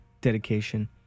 dedication